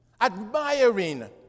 admiring